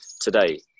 today